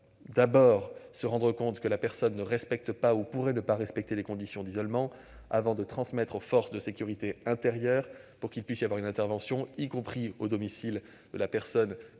devront se rendre compte que la personne ne respecte pas ou pourrait ne pas respecter les conditions d'isolement, avant de transmettre le dossier aux forces de sécurité intérieure pour qu'une intervention puisse avoir lieu, y compris au domicile de la personne